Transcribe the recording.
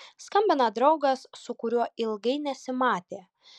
skambina draugas su kuriuo ilgai nesimatė